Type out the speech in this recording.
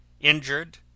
Injured